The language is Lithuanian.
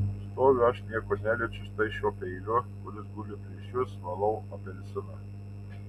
stoviu aš nieko neliečiu štai šiuo peiliu kuris guli prieš jus valau apelsiną